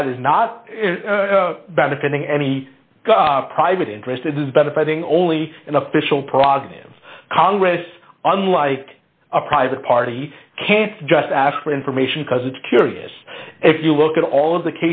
that is not benefiting any private interest it is benefiting only an official prerogative of congress unlike a private party can't just ask for information because it's curious if you look at all of the